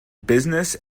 business